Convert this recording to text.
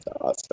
awesome